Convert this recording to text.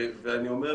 ולי,